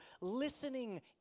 Listening